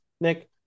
Nick